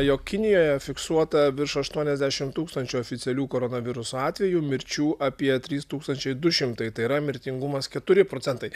jog kinijoje fiksuota virš aštuoniasdešim tūkstančių oficialių koronaviruso atvejų mirčių apie trys tūkstančiai du šimtai tai yra mirtingumas keturi procentai